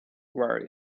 wear